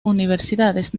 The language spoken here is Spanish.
universidades